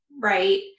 right